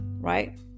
right